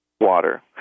water